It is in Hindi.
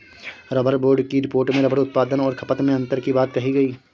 रबर बोर्ड की रिपोर्ट में रबर उत्पादन और खपत में अन्तर की बात कही गई